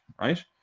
Right